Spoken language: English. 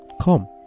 Come